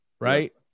Right